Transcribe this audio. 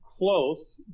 Close